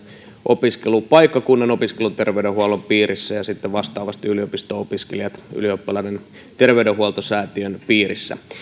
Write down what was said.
opiskelupaikkakunnan opiskeluterveydenhuollon piirissä ja vastaavasti yliopisto opiskelijat ylioppilaiden terveydenhoitosäätiön piirissä